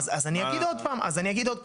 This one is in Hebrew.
אז אני אגיד עוד פעם.